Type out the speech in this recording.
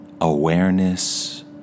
awareness